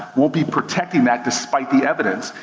won't be protecting that despite the evidence.